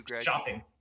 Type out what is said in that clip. shopping